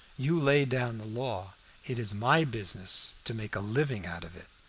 you lay down the law it is my business to make a living out of it.